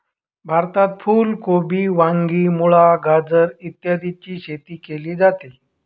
भारतात फुल कोबी, वांगी, मुळा, गाजर इत्यादीची शेती केली जाते